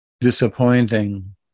disappointing